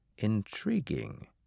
Intriguing